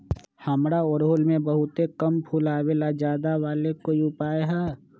हमारा ओरहुल में बहुत कम फूल आवेला ज्यादा वाले के कोइ उपाय हैं?